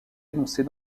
énoncés